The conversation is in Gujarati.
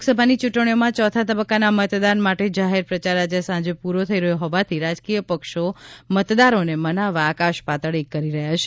લોકસભાની ચુંટણીઓમાં ચોથા તબકકાના મતદાન માટે જાહેર પ્રચાર આજે સાંજે પુરો થઈ રહયો હોવાથી રાજકીય પક્ષો મતદારોને મનાવવા આકાશ પાતાળ એક કરી રહયાં છે